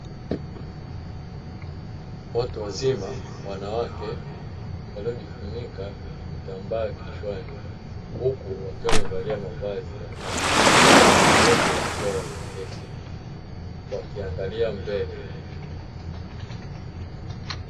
Watu wazima wanawake waliojifunika vitambaa kichwani huku wakiwa wamevalia mavazi ya kanga, wote wakiwa wameketi wakiangalia mbele.